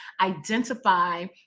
identify